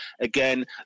again